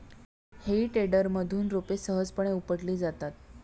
हेई टेडरमधून रोपे सहजपणे उपटली जातात